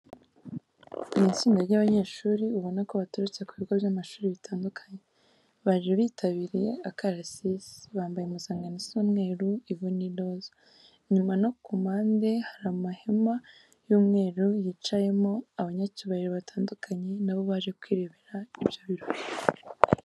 Ni itsinda ry'abanyeshuri ubona ko baturutse ku bigo by'amashuri bitandukanye, baje bitabiriye akarasisi. Bambaye impuzankano isa umweru, ivu n'iroza, inyuma no ku mpande hari amahema y'umweru yicayemo abanyacyubahiro batandukanye na bo baje kwirebera ibyo birori.